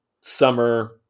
summer